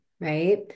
right